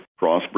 Crossbreed